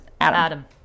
adam